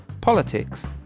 politics